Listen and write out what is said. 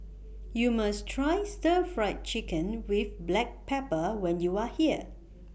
YOU must Try Stir Fried Chicken with Black Pepper when YOU Are here